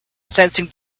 sensing